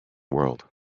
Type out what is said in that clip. world